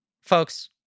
folks